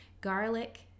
garlic